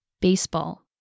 Baseball